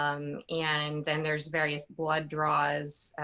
um, and then there's various blood draws, ah,